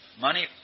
Money